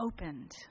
opened